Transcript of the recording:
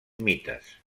mites